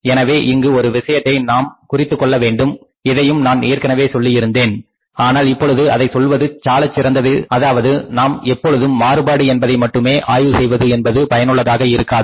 எனவே இங்கு ஒரு விஷயத்தை நாம் குறித்துக்கொள்ள வேண்டும் இதையும் நான் ஏற்கனவே சொல்லியிருந்தேன் ஆனால் இப்பொழுது அதை சொல்வது சாலச் சிறந்ததாக இருக்கும் அதாவது நாம் எப்பொழுதும் மாறுபாடு என்பதை மட்டுமே ஆய்வு செய்வது என்பது பயனுள்ளதாக இருக்காது